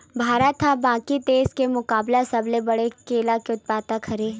भारत हा बाकि देस के मुकाबला सबले बड़े केला के उत्पादक हरे